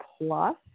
Plus